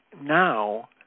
now